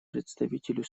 представителю